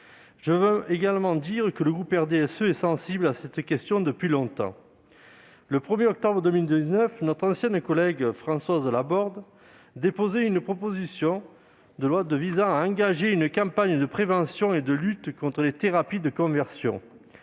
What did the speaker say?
la liberté sexuelle. Le groupe RDSE est sensible à cette question depuis longtemps. Le 1 octobre 2019, notre ancienne collègue Françoise Laborde déposait une proposition de loi visant à engager une campagne de prévention et de lutte contre les thérapies de conversion.